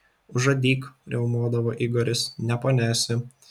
užadyk riaumodavo igoris ne ponia esi